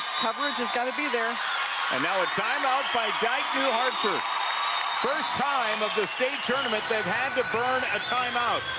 coverage has got to be there and now a timeout by dyke new hartford first time of the state tournament they had to burn a fourteen